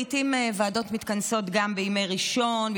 לעיתים ועדות מתכנסות גם בימי ראשון,